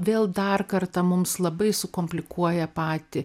vėl dar kartą mums labai sukomplikuoja patį